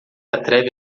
atreve